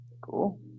Cool